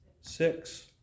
six